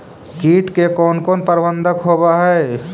किट के कोन कोन प्रबंधक होब हइ?